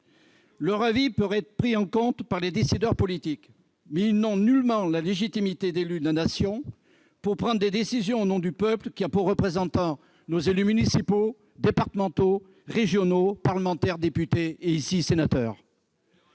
Leur avis doit être pris en compte par les décideurs politiques. Pourtant, ils n'ont nullement la légitimité d'élus de la Nation pour prendre des décisions au nom du peuple, lequel a pour représentants les élus municipaux, départementaux, régionaux et nationaux, à savoir les députés et les sénateurs.